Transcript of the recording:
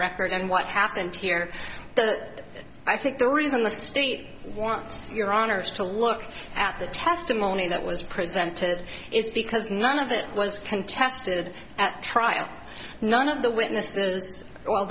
record and what happened here that i think the reason the state wants your honor is to look at the testimony that was presented is because none of it was contested at trial none of the witnesses well